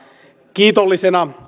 kiitollisena